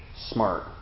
Smart